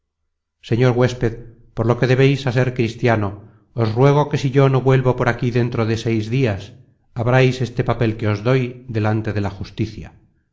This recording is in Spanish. señor huésped por lo que debeis á ser cristiano os ruego que si yo no vuelvo por aqui dentro de seis dias abrais este papel que os doy delante de la justicia